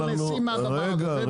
שמתפרנסים מהדבר הזה.